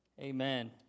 Amen